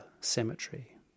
cemetery